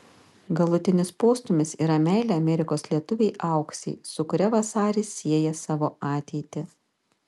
galutinis postūmis yra meilė amerikos lietuvei auksei su kuria vasaris sieja savo ateitį